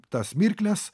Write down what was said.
tas mirkles